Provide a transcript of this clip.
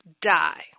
die